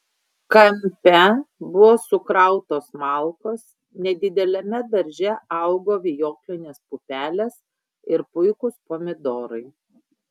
kampe buvo sukrautos malkos nedideliame darže augo vijoklinės pupelės ir puikūs pomidorai